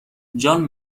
جان